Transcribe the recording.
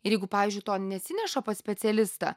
ir jeigu pavyzdžiui to nesineša pas specialistą